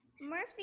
Murphy